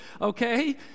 okay